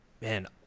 man